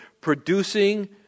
Producing